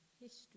history